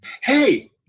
Hey